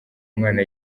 mwana